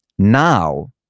Now